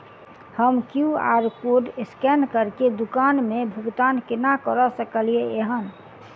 हम QR code scan करके दुकान मे भुगतान केना करऽ सकलिये एहन?